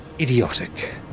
idiotic